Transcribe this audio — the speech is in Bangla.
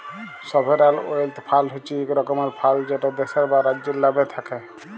সভেরাল ওয়েলথ ফাল্ড হছে ইক রকমের ফাল্ড যেট দ্যাশের বা রাজ্যের লামে থ্যাকে